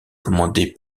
commandée